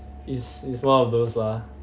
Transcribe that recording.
is is one of those lah